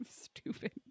Stupid